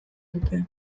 dute